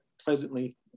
pleasantly